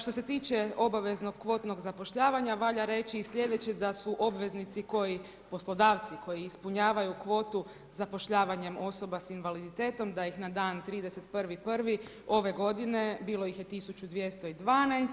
Što se tiče obaveznog kvotnog zapošljavanja, valja reći i slijedeće, da su obveznici koji, poslodavci koji ispunjavaju kvotu zapošljavanjem osoba s invaliditetom da ih na dan 31.1. ove godine, bilo ih je 1212,